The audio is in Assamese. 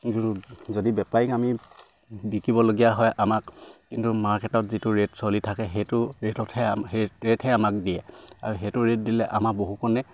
কিন্তু যদি বেপাৰীক আমি বিকিবলগীয়া হয় আমাক কিন্তু মাৰ্কেটত যিটো ৰেট চলি থাকে সেইটো ৰেটতহে ৰেটহে আমাক দিয়ে আৰু সেইটো ৰেট দিলে আমাৰ বহু কণে